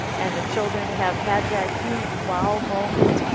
and the children have had that huge wow moment,